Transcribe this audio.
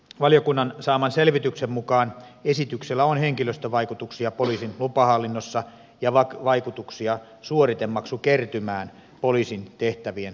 valiokunnan saaman selvityksen mukaan esityksellä on henkilöstövaikutuksia poliisin lupahallinnossa ja vaikutuksia suoritemaksukertymään poliisin tehtävien vähentyessä